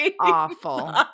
awful